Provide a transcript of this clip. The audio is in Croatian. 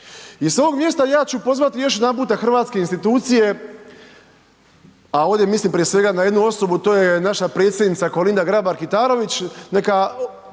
I s ovog mjesta ja ću pozvati još jedanputa hrvatske institucije, a ovdje mislim prije svega na jednu osobu to je naša predsjednica Kolinda Grabar Kitarović neka